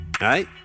right